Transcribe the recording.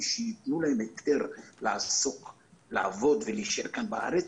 שייתנו להם היתר לעבוד ולהישאר כאן בארץ.